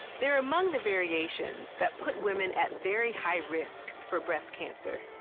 they're among the variations that put women at very high risk for breast cancer.